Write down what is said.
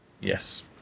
Yes